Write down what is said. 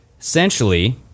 essentially